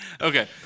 Okay